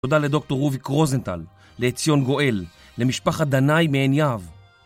תודה לדוקטור רוביק רוזנטל, לעציון גואל, למשפחת דנאי מעין יהב.